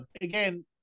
again